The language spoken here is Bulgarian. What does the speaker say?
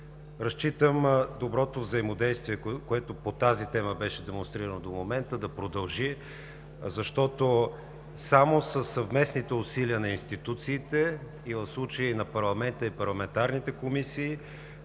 Разчитам доброто взаимодействие, което по тази тема беше демонстрирано до момента, да продължи, защото само със съвместните усилия на институциите, в случая на парламента и на парламентарните комисии,